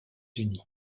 unis